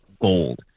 gold